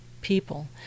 people